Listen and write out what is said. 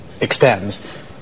extends